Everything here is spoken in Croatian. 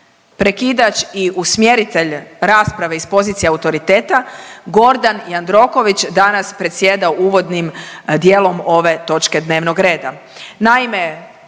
prekidač i usmjeritelj rasprave iz pozicije autoriteta Gordan Jandroković danas predsjedao uvodnim dijelom ove točke dnevnog reda.